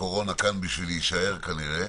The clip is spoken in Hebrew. שהקורונה כאן בשביל להישאר כנראה,